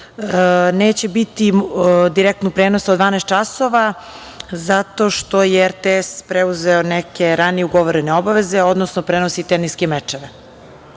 neće biti direktnog prenosa od 12.00 časova zato što je RTS preuzeo neke ranije ugovorene obaveze, odnosno prenosi teniske mečeve. Da